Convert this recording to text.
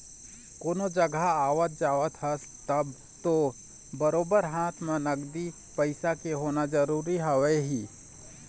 कोनो जघा आवत जावत हस तब तो बरोबर हाथ म नगदी पइसा के होना जरुरी हवय ही